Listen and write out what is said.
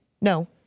No